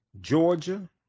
Georgia